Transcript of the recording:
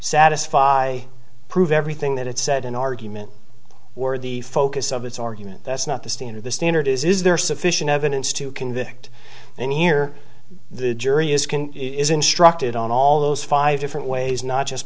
satisfy prove everything that it said in argument or the focus of its argument that's not the standard the standard is is there sufficient evidence to convict and here the jury is can is instructed on all those five different ways not just